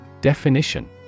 Definition